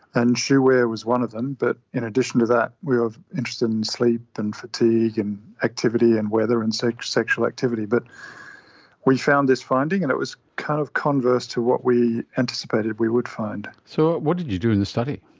and shoe wear was one of them, but in addition to that we were interested in sleep and fatigue and activity and weather and so sexual activity. but we found this finding and it was kind of converse to what we anticipated we would find. so what did you do in this study?